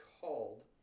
called